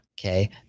okay